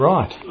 Right